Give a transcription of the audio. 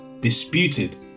disputed